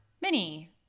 mini